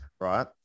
right